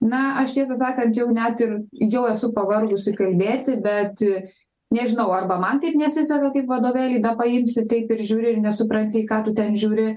na aš tiesą sakant jau net ir jau esu pavargusi kalbėti bet nežinau arba man taip nesiseka kaip vadovėlį bepaimsi taip ir žiūri ir nesupranti į ką tu ten žiūri